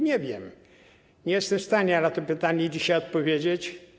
Nie wiem, nie jestem w stanie na to pytanie dzisiaj odpowiedzieć.